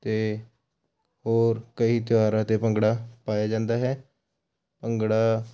ਅਤੇ ਹੋਰ ਕਈ ਤਿਉਹਾਰਾਂ 'ਤੇ ਭੰਗੜਾ ਪਾਇਆ ਜਾਂਦਾ ਹੈ ਭੰਗੜਾ